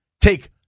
take